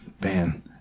Man